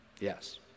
Yes